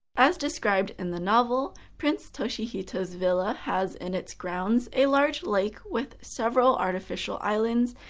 as described in the novel, prince toshihito's villa has in its grounds a large lake with several artificial islands,